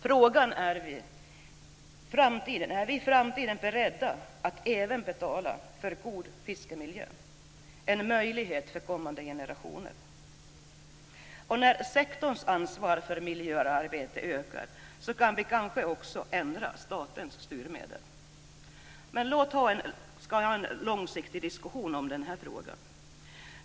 Frågan är om vi i framtiden även är beredda att betala för god fiskemiljö - en möjlighet för kommande generationer. När sektorns ansvar för miljöarbete ökar kan vi kanske också ändra statens styrmedel. Men låt oss ha en långsiktig diskussion om den här frågan.